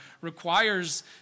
requires